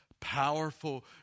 powerful